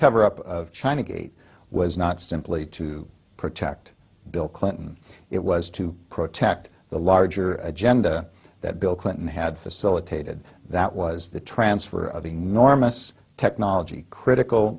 cover up of china gate was not simply to protect bill clinton it was to protect the larger agenda that bill clinton had facilitated that was the transfer of enormous technology critical